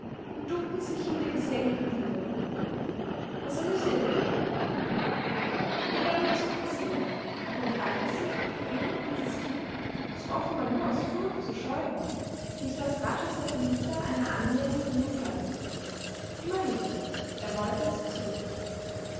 und duckten sich hinter gesenkten lidern das amüsierte den baron der bub begann ihn zu interessieren und er fragte sich ob ihm dieses kind das offenbar nur aus furcht so scheu war nicht als raschester vermittler einer annäherung dienen könnte immerhin er wollte es versuchen